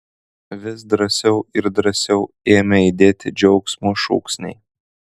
vis drąsiau ir drąsiau ėmė aidėti džiaugsmo šūksniai